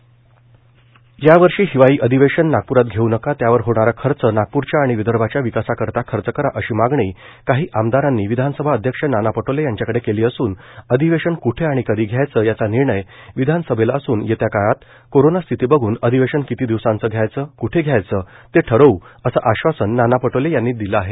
हिवाळी अधिवेशन गोंदिया यावर्षी हिवाळी अधिवेशन नागप्रात घेऊ नका त्यावर होणार खर्च नागप्रच्या आणि विदर्भाच्या विकासा करिता खर्च करा अशी मागणी काही आमदारांनी विधानसभा अध्यक्ष नाना पटोले यांच्या कडे केली असून अधिवेशन कुठे आणि कधी घ्यायचं याचा निर्णय विधानसभेला असून येत्या काळात कोरोना स्थिती बघून अधिवेशन किती दिवसाचं घ्यायचं क्ठे घ्यायचं ते ठरवू असं आश्वासन नाना पटोले यांनी दिलं आहे